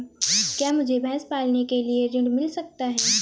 क्या मुझे भैंस पालने के लिए ऋण मिल सकता है?